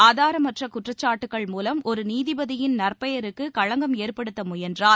ஆதாரமற்ற குற்றச்சாட்டுகள் மூலம் ஒரு நீதிபதியின் நற்பெயருக்கு களங்கம் ஏற்படுத்த முயன்றால்